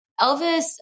Elvis